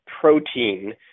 protein